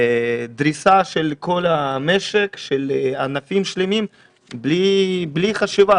דריסה של כל המשק, של ענפים שלמים בלי חשיבה.